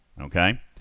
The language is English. Okay